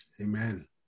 Amen